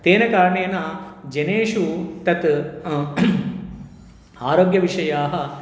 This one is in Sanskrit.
तेन कारणेन जनेषु तत् आरोग्यविषयाः